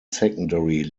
secondary